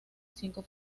cinco